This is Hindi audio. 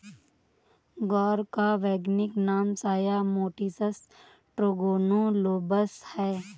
ग्वार का वैज्ञानिक नाम साया मोटिसस टेट्रागोनोलोबस है